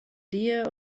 dear